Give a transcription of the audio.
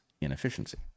inefficiency